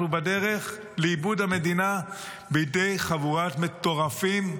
אנחנו בדרך לאיבוד המדינה לידי חבורת מטורפים בזויים.